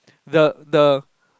the the